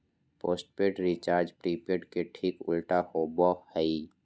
postpaid recharge prepaid के ठीक उल्टा होबो हइ